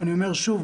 אני אומר שוב,